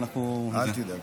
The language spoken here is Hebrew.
אל תדאג.